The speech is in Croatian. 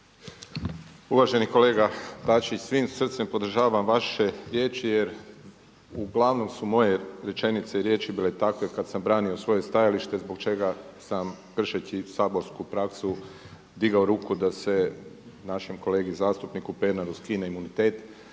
Uvaženi kolega Bačić, svim srcem podržavam vaše riječi jer uglavnom su moje rečenice i riječi bile takve kada sam branio svoje stajalište zbog čega sam kršeći saborsku praksu digao ruku da se našem kolegi zastupniku Pernaru skine imunitet